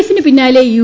എഫിന് പിന്നാലെ യു